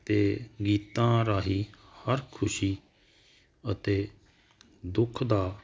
ਤੇ ਗੀਤਾਂ ਰਾਹੀ ਹਰ ਖੁਸ਼ੀ ਅਤੇ ਦੁੱਖ ਦਾ